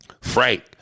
Frank